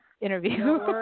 interview